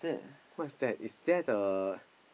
what's that is that a